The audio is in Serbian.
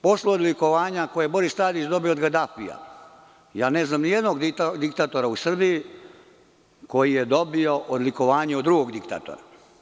Posle odlikovanja koje je Boris Tadić dobio od Gadafija, ne znam ni jednog diktatora u Srbiji koji je dobio odlikovanje od drugog diktatora.